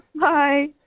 bye